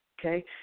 Okay